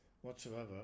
whatsoever